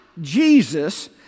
Jesus